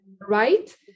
right